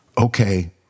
okay